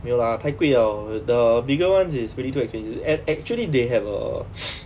没有 lah 太贵 liao the bigger ones is really too expensive and actually they have err